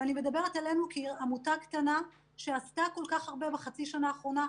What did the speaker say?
ואני מדברת אלינו כעמותה קטנה שעשתה כל כך הרבה בחצי השנה האחרונה.